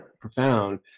profound